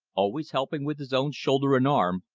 always helping with his own shoulder and arm,